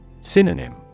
Synonym